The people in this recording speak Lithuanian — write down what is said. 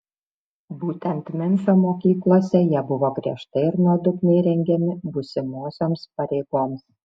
būtent memfio mokyklose jie buvo griežtai ir nuodugniai rengiami būsimosioms pareigoms